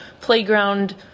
playground